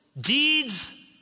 Deeds